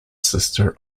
sister